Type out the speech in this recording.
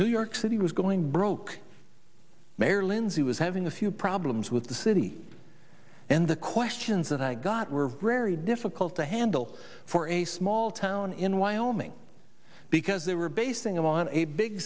new york city was going broke mayor lindsey was having a few problems with the city and the questions that i got were very difficult to handle for a small town in wyoming because they were basing it on a big